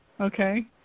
okay